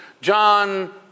John